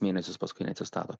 mėnesius paskui neatsistato